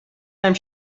time